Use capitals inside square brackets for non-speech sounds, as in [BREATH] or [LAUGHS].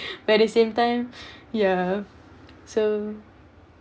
[BREATH] but at the same time ya [LAUGHS] so